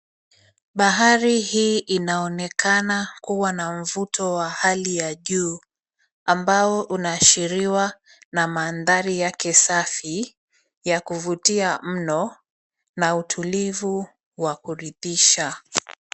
Bahari hii inaonekana kuwa na mvuto wa hali ya juu ambao unashiriwa na mandthari yake safi .ya kuvutia mno na utulivu wa kuridhisha.